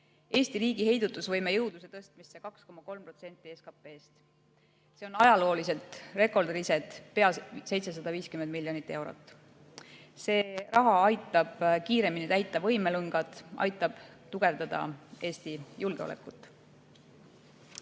Eesti riigi heidutusvõime jõudluse tõstmisse 2,3% SKP-st, see on ajalooliselt rekordilised pea 750 miljonit eurot. See raha aitab kiiremini täita võimelüngad, aitab tugevdada Eesti julgeolekut.